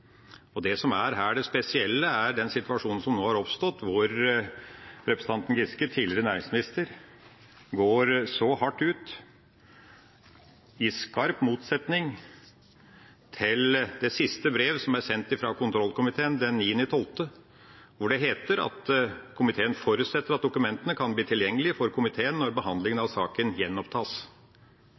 Det som er det spesielle her, er den situasjonen som nå har oppstått, hvor representanten Giske, tidligere næringsminister, går så hardt ut, i skarp motsetning til det siste brevet som er sendt fra kontrollkomiteen den 9. desember. Her heter det: «Komiteen forutsetter at dokumentene kan bli tilgjengelige for komiteen når behandlingen av saken gjenopptas.»